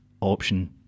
option